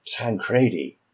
Tancredi